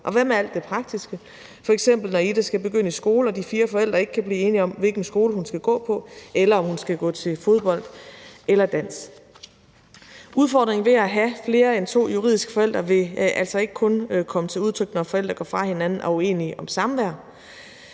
Og hvad med alt det praktiske, f.eks. når Ida skal begynde i skole og de fire forældre ikke kan blive enige om, hvilken skole hun skal gå på, eller om hun skal gå til fodbold eller dans? Udfordringen ved at have flere end to juridiske forældre vil altså ikke kun komme til udtryk, når forældre går fra hinanden og er uenige om samvær,